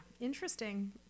interesting